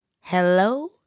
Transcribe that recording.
Hello